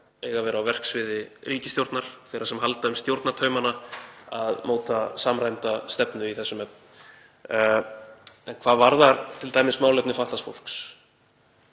eiga að vera á verksviði ríkisstjórnar, þeirra sem halda um stjórnartaumana, að móta samræmda stefnu í þessum efnum. En hvað varðar t.d. málefni fatlaðs fólks